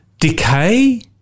decay